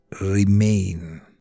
remain